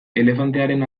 elefantearen